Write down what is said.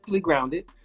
grounded